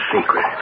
secret